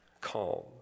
calm